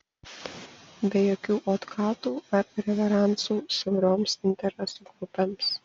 be jokių otkatų ar reveransų siauroms interesų grupėms